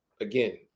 again